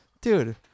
Dude